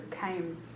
came